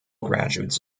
graduates